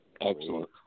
Excellent